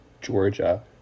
Georgia